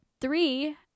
three